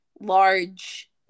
large